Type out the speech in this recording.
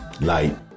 light